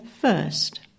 first